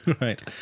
Right